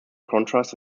contrast